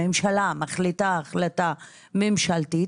הממשלה מחליטה החלטה ממשלתית,